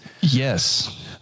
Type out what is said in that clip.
Yes